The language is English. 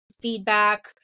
feedback